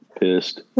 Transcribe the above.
pissed